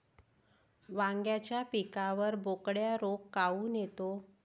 वांग्याच्या पिकावर बोकड्या रोग काऊन येतो?